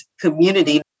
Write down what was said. community